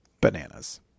bananas